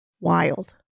wild